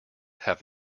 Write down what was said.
have